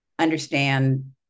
Understand